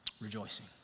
rejoicing